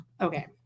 okay